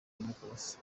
demokarasi